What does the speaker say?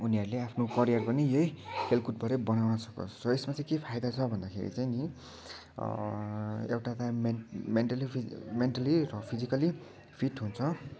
उनीहरूले आफ्नो करियर पनि यही खेलकुदबाटै बनाउन सकोस् र यसमा चाहिँ के फाइदा छ भन्दाखेरि चाहिँ नि एउटा त मेन्ट मेन्टल्ली मेन्टल्ली र फिजिकल्ली फिट हुन्छ